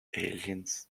aliens